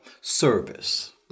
service